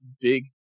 Big